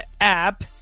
app